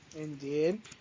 Indeed